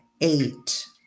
eight